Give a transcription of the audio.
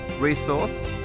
resource